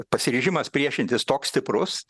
pasiryžimas priešintis toks stiprus